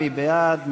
מי בעד?